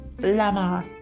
Lama